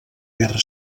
guerra